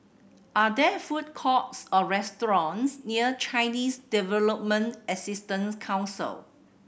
are there food courts or restaurants near Chinese Development Assistance Council